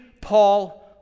Paul